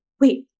wait